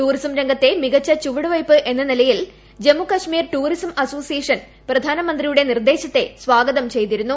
tourism രംഗത്തെ മികച്ച ചുവടുവയ്പ് എന്ന നിലയിൽ ജമ്മുകശ്മീർ ടൂറിസം അസോസിയേഷൻ പ്രധാനമന്ത്രിയുടെ നിർദ്ദേശത്തെ സ്വാഗതം ചെയ്തിരുന്നു